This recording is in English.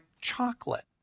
chocolate